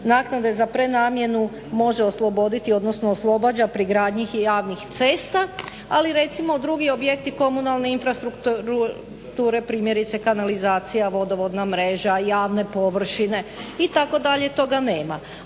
naknade za prenamjenu može osloboditi odnosno oslobađa pri gradnji javnih cesta, ali recimo drugi objekti komunalne infrastrukture primjerice kanalizacija, vodovodna mreža, javne površine itd. toga nema.